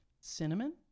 Cinnamon